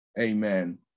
Amen